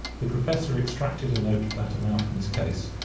the professor extracted a note for that amount from his case,